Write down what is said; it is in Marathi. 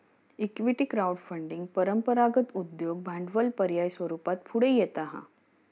इक्विटी क्राउड फंडिंग परंपरागत उद्योग भांडवल पर्याय स्वरूपात पुढे येता हा